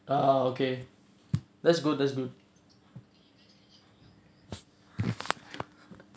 oh okay that's good that's good